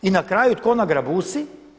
I na kraju tko nagrebusi?